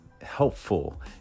helpful